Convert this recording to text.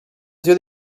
zio